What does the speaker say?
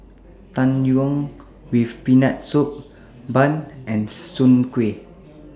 Tang Yuen with Peanut Soup Bun and Soon Kuih